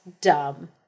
dumb